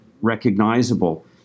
recognizable